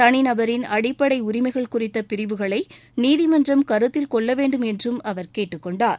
தனி நபரின் அடிப்படை உரிமைகள் குறித்த பிரிவுகளை நீதிமன்றம் கருத்தில் கொள்ள வேண்டும் என்றம் அவர் கேட்டுக் கொண்டார்